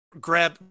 grab